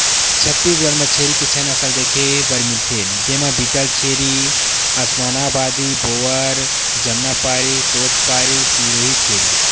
छत्तीसगढ़ म छेरी के छै नसल देखे बर मिलथे, जेमा बीटलछेरी, उस्मानाबादी, बोअर, जमनापारी, तोतपारी, सिरोही छेरी